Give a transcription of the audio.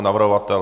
Navrhovatel?